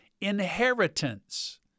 inheritance